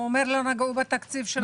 הוא אומר שלא נגעו בתקציב של משרד החינוך.